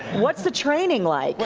what's the training like?